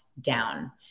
down